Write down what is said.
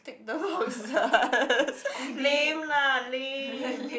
tick the boxes lame lah lame